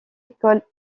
écoles